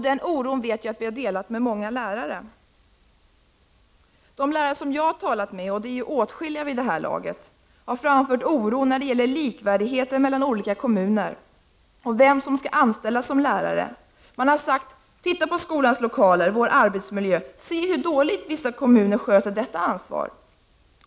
Den oron har vi delat med många lärare. De lärare jag har talat med, och de är åtskilliga vid det här laget, har framfört oro när det gäller likvärdigheten mellan olika kommuner och vem som skall anställas som lärare. Man har sagt: ”Titta på skolans lokaler, vår arbetsmiljö, se hur dåligt vissa kommuner sköter detta ansvar”.